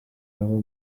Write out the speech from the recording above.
aha